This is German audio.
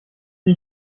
bin